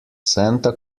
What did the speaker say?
santa